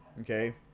okay